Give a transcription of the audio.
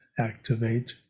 activate